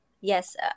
yes